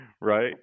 Right